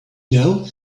know